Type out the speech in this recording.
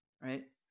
right